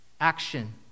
action